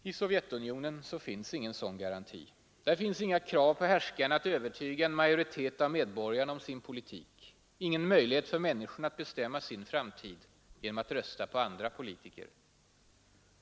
I Sovjetunionen finns ingen sådan garanti, inget krav på härskarna att övertyga en majoritet av medborgarna om sin politik, ingen möjlighet för människorna att bestämma sin framtid genom att rösta på andra politiker.